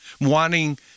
wanting